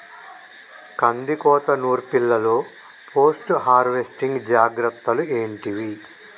కందికోత నుర్పిల్లలో post harvesting జాగ్రత్తలు ఏంటివి?